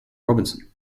robinson